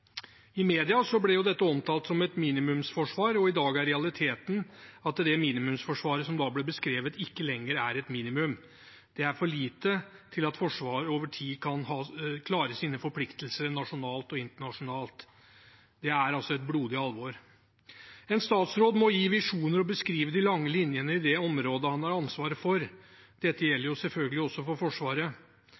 I media ble dette omtalt som et minimumsforsvar. I dag er realiteten at det minimumsforsvaret som da ble beskrevet, ikke lenger er et minimum, det er for lite til at Forsvaret over tid kan klare sine forpliktelser nasjonalt og internasjonalt. Det er altså blodig alvor. En statsråd må gi visjoner og beskrive de lange linjene i det området han har ansvaret for. Dette gjelder selvfølgelig også for Forsvaret.